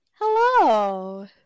hello